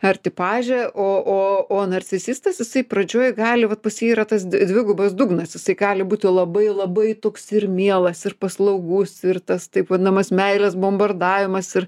ar tipažė o o o narcisistas jisai pradžioj gali vat pas jį yra tas dvigubas dugnas jisai gali būti labai labai toks ir mielas ir paslaugus ir tas taip vadinamas meilės bombardavimas ir